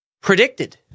predicted